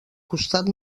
costat